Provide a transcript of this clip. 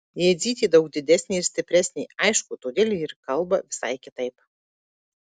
jadzytė daug didesnė ir stipresnė aišku todėl ir kalba visai kitaip